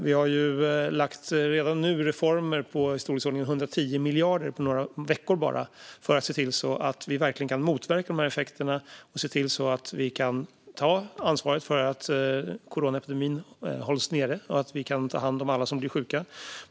Vi har redan nu under bara några veckor lagt fram reformer i storleksordningen 110 miljarder kronor för att se till att vi verkligen kan motverka dessa effekter och se till att vi kan ta ansvar för att coronaepidemin hålls nere och att vi kan ta hand om alla som blir sjuka.